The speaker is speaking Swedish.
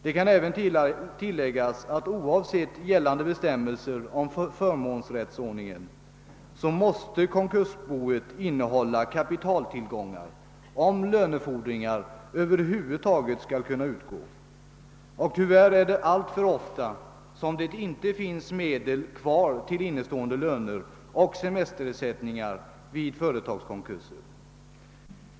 Det kan även tilläggas att oavsett gällande bestämmelser om förmånsrättsordningen måste konkursboet innehålla kapitaltillgångar om lönefordringar över huvud taget skall kunna betalas. Tyvärr händer det alltför ofta att det inte finns medel kvar till innestående löner och semesterersättningar vid företagskonkurser.